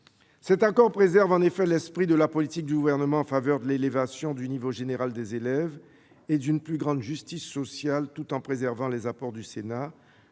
Cet accord préserve en effet l'esprit de la politique du Gouvernement en faveur de l'élévation du niveau général des élèves et d'une plus grande justice sociale, tout en préservant les apports du Sénat